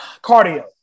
Cardio